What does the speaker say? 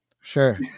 Sure